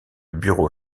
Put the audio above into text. bureau